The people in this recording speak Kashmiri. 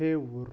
ہیٚوُر